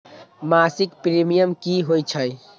मासिक प्रीमियम की होई छई?